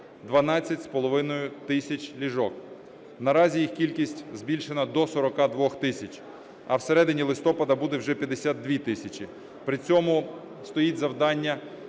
12,5 тисяч ліжок, наразі їх кількість збільшена до 42 тисяч, а в середині листопада буде вже 52 тисячі. При цьому стоїть завдання